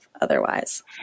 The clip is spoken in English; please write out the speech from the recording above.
otherwise